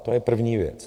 To je první věc.